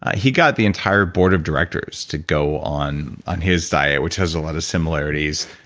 he got the entire board of directors to go on on his diet, which has a lot of similarities.